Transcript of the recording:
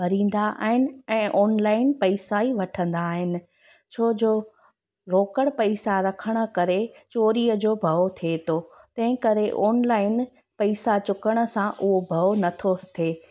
भरींदा आहिनि ऐं ऑनलाइन पैसा ई वठंदा आहिनि छो जो रोकड़ पैसा रखणु करे चोरीअ जो भउ थिए थो तंहिं करे ओनलाइन पैसा चुकण सां उहो भउ न थो थिए